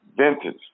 vintage